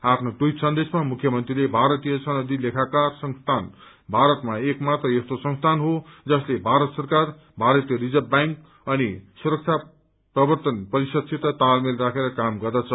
आफ्नो ट्वीट सन्देशमा मुख्यमन्त्रीले भारतीय सनदी लेखाकार संस्थान भारतमा एक मात्र यस्तो संस्थान हो जसले भारत सरकार भारतीय रिजर्व ब्यांक अनि सुरक्षा प्रर्वतन परिसदसित तालमेल राखेर काम गर्दछ